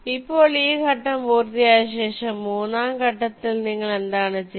ഇപ്പോൾ ഈ ഘട്ടം പൂർത്തിയായ ശേഷം മൂന്നാം ഘട്ടത്തിൽ നിങ്ങൾ എന്താണ് ചെയ്യുന്നത്